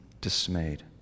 dismayed